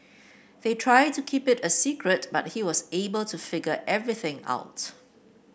they tried to keep it a secret but he was able to figure everything out